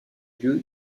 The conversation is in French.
lieu